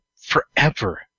forever